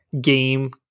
game